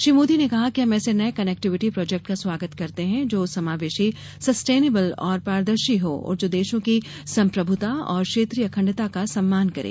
श्री मोदी ने कहा कि हम ऐसे नये कनेक्टविटी प्रोजेक्ट का स्वागत करते है जो समावेशी सस्टेनेबल और पारदर्शी हो और जो देशों की संप्रभूता और क्षेत्रीय अखंडता का सम्मान करे